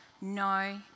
No